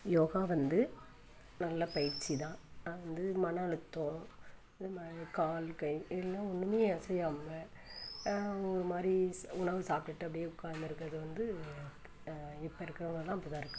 யோகா வந்து நல்ல பயிற்சி தான் வந்து மன அழுத்தம் நம்ம கால் கை எல்லாம் ஒன்றுமே அசையாமல் ஒரு மாதிரி ஸ் உணவு சாப்பிட்டுட்டு அப்படியே உக்கார்ந்துருக்கறது வந்து இப்போ இருக்கிறவங்கள்லாம் அப்படி தான் இருக்காங்க